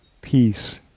peace